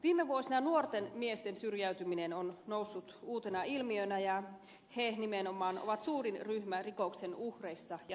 viime vuosina nuorten miesten syrjäytyminen on noussut uutena ilmiönä ja he nimenomaan ovat suurin ryhmä rikoksen uhreissa ja tekijöissä